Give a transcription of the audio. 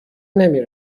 نمی